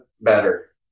better